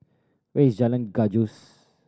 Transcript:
where is Jalan Gajus